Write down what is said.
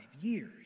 years